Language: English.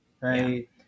right